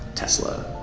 tesla,